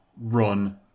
Run